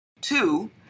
Two